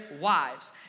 wives